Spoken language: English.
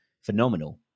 phenomenal